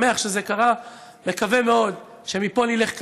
שמח שזה קרה, מקווה מאוד שמפה נלך קדימה.